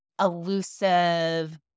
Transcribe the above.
elusive